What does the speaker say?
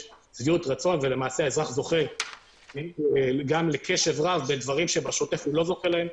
שביעות רצון והאזרח זוכה גם לקשב רב בדברים שבשוטף הוא לא זוכה להם,